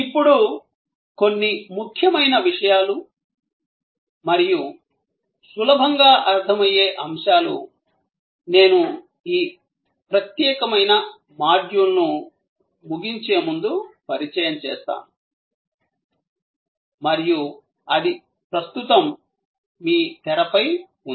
ఇప్పుడు కొన్ని ముఖ్యమైన విషయాలు మరియు సులభంగా అర్థమయ్యే అంశాలు నేను ఈ ప్రత్యేకమైన మాడ్యూల్ను ముగించే ముందు పరిచయం చేస్తాను మరియు అది ప్రస్తుతం మీ తెరపై ఉంది